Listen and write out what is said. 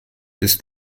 bist